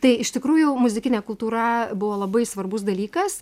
tai iš tikrųjų muzikinė kultūra buvo labai svarbus dalykas